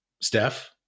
Steph